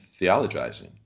theologizing